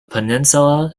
peninsula